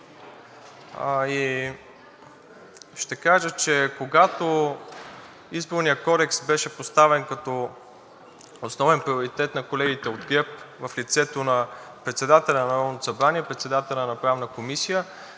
Ще кажа, че когато Изборният кодекс беше поставен като основен приоритет на колегите от ГЕРБ в лицето на председателя на Народното събрание, председателят на Правната комисия,